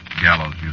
gallows